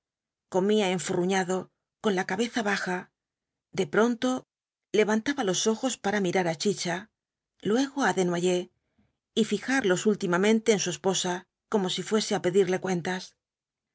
comía enfurruñado con la cabeza baja de pronto levantaba los ojos para mirar á chicha luego á desnoyers y fijarlos últimamente en su esposa como si fuese á pedirle cuentas